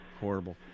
horrible